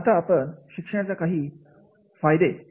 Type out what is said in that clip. आता आपण शिक्षणाच्या विविध काय फायदे आहेत